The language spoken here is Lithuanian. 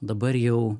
dabar jau